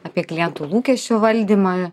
apie klientų lūkesčių valdymą